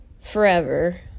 forever